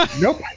nope